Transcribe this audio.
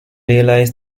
realized